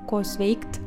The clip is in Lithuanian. as veikti